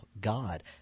God